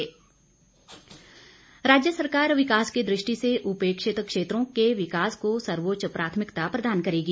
मुख्यमंत्री राज्य सरकार विकास की दृष्टि से उपेक्षित क्षेत्रों के विकास को सर्वोच्च प्राथमिकता प्रदान करेगी